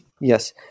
Yes